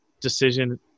decision